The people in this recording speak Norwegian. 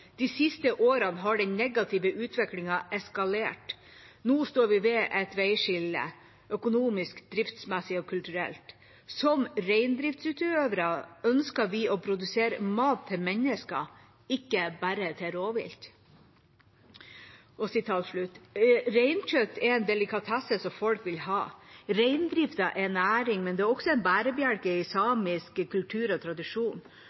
De siste årene har den negative utviklingen akselerert. Nå står vi ved et veiskille – økonomisk, driftsmessig og kulturelt. Som reindriftsutøvere ønsker vi å produsere mat til mennesker, ikke bare til rovvilt.» Reinkjøtt er en delikatesse som folk vil ha. Reindrifta er en næring, men den er også en bærebjelke i samisk kultur og tradisjon.